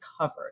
covered